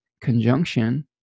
conjunction